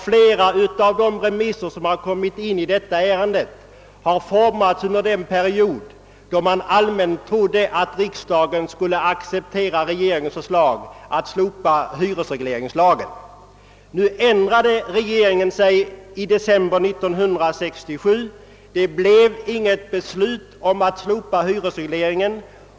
Flera av de remissyttranden som inkommit i detta ärende har fått sin utformning under den period då man allmänt trodde att riksdagen skulle acceptera regeringens förslag att slopa hyresregleringslagen. Emellertid ändrade sig regeringen i december 1967. Det blev aldrig något beslut om att slopa hyresregleringen.